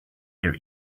their